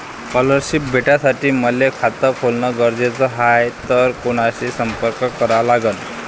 Scholarship भेटासाठी मले खात खोलने गरजेचे हाय तर कुणाशी संपर्क करा लागन?